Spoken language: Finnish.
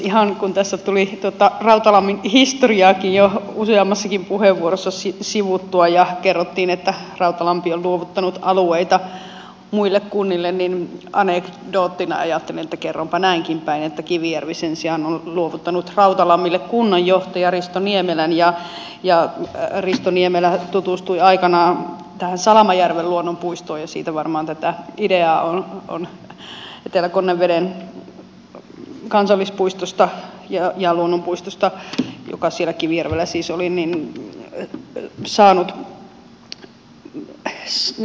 ihan kun tässä tuli tuota rautalammin historiaakin jo useammassakin puheenvuorossa sivuttua ja kerrottiin että rautalampi on luovuttanut alueita muille kunnille niin anekdoottina ajattelin että kerronpa näinkin päin että kivijärvi sen sijaan on luovuttanut rautalammille kunnanjohtaja risto niemelän ja risto niemelä tutustui aikanaan tähän salamajärven luonnonpuistoon joka siellä kivijärvellä siis on ja siitä varmaan tätä ideaa on etelä konneveden kansallispuistoon saanut